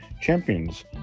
champions